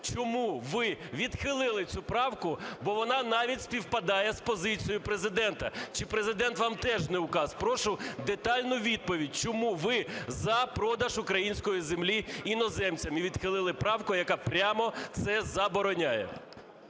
чому ви відхилили цю правку, бо вона навіть співпадає з позицією Президента, чи Президент вам теж не указ? Прошу детальну відповідь, чому ви за продаж української землі іноземцям і відхили правку, яка прямо це забороняє.